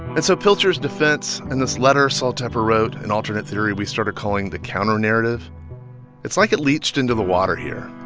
and so pilcher's defense and this letter sol tepper wrote an alternate theory we started calling the counternarrative it's like it leached into the water here.